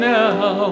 now